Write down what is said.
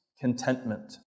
contentment